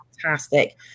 fantastic